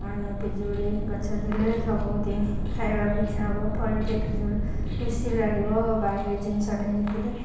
ମାନେ ପିଜୁଳି ଗଛ ଥିଲେ ସବୁଦିନ ଖାଇବାକୁ ଇଚ୍ଛା ହବ ଫଳିଲେ ପିଜୁଳି ଖୁସି ଲାଗିବ ବାଡ଼ିରେ ଜିନିଷଟେ ହେଇଥିଲେ